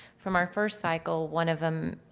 from our first cycle, one of them,